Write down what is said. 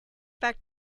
back